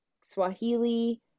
Swahili